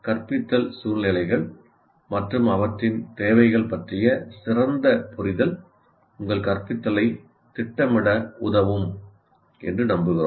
கற்பித்தல் சூழ்நிலைகள் மற்றும் அவற்றின் தேவைகள் பற்றிய சிறந்த புரிதல் உங்கள் கற்பித்தலைத் திட்டமிட உதவும் என்று நம்புகிறோம்